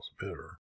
bitter